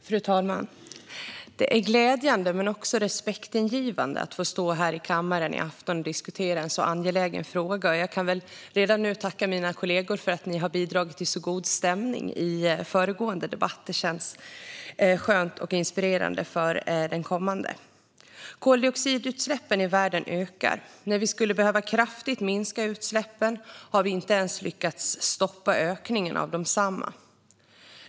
Fru talman! Det är glädjande, men också respektingivande, att få stå här i kammaren i afton och diskutera en så angelägen fråga. Jag kan redan nu tacka mina kollegor för att ni har bidragit till en så god stämning i föregående debatt. Det känns skönt och inspirerande inför den kommande. Koldioxidutsläppen i världen ökar. När vi skulle behöva minska utsläppen kraftigt har vi inte ens lyckats stoppa ökningen av desamma.